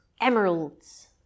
emeralds